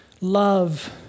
love